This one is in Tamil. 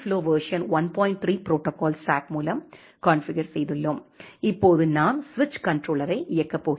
3 ப்ரோடோகால் ஸ்டேக் மூலம் கான்ஃபிகர் செய்துள்ளோம் இப்போது நாம் சுவிட்ச் கன்ட்ரோலரை இயக்கப் போகிறோம்